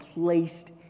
placed